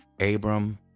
Abram